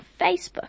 Facebook